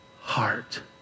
heart